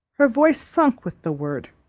her voice sunk with the word,